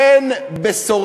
אז חכה, אין בשורה,